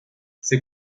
ces